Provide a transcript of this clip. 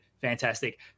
Fantastic